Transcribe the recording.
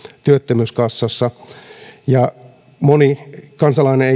työttömyyskassassa moni kansalainen